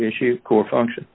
issue core function